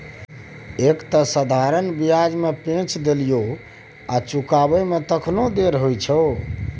एक तँ साधारण ब्याज पर पैंच देलियौ आ चुकाबै मे तखनो देर होइ छौ